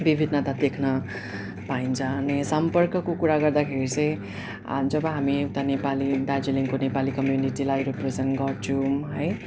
विभिन्नता देख्न पाइन्छ अनि सम्पर्कको कुरा गर्दाखेरि चाहिँ जब हामी एउटा नेपाली दार्जिलिङको नेपाली कम्युनिटीलाई रिप्रेजेन्ट गर्छौँ है